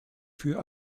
für